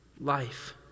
life